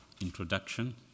introduction